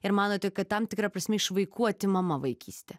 ir manote kad tam tikra prasme iš vaikų atimama vaikystė